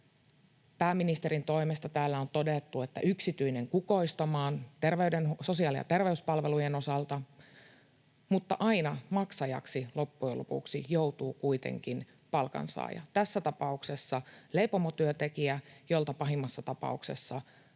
Pääministerin toimesta täällä on todettu, että yksityinen kukoistamaan sosiaali- ja terveyspalvelujen osalta, mutta aina maksajaksi loppujen lopuksi joutuu kuitenkin palkansaaja — tässä tapauksessa leipomotyöntekijä, jolta pahimmassa tapauksessa